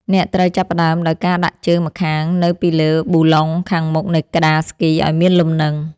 អ្នកត្រូវចាប់ផ្ដើមដោយការដាក់ជើងម្ខាងនៅពីលើប៊ូឡុងខាងមុខនៃក្ដារស្គីឱ្យមានលំនឹង។